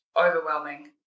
overwhelming